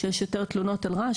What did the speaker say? שיש יותר תלונות על רעש,